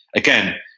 again,